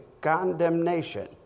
condemnation